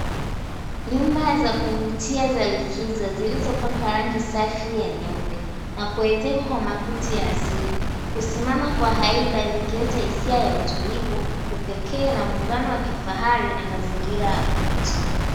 Nyumba za kuvutia za likizo zilizo pakwa rangi safi ya nyeupe na kuezekwa kwa makuti ya asili husimama kwa haiba zikiacha hisia ya utulivu, upekee na muungano wa kifahari na mazingira yakuvutia.